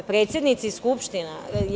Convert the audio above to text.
Predsednici skupština?